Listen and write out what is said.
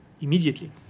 immediately